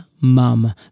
Mum